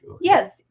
Yes